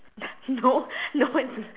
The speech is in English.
no no it's not